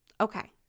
Okay